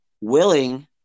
willing